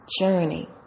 journey